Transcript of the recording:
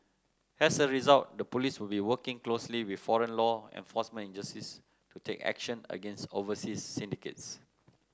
as a result the police will be working closely with foreign law enforcement agencies to take action against overseas syndicates